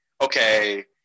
okay